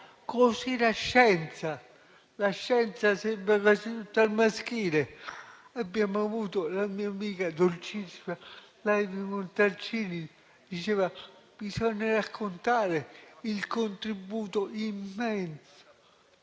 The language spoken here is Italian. Così la scienza. La scienza sembra quasi tutta al maschile. La mia amica, dolcissima, Levi Montalcini, diceva che bisogna raccontare il contributo immenso